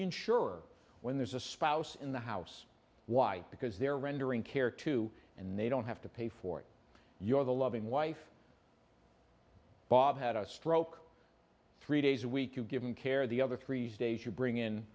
insurer when there's a spouse in the house why because their rendering care too and they don't have to pay for it your the loving wife bob had a stroke three days a week you give him care the other three days you bring in